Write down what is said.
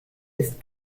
ist